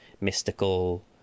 mystical